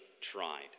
tried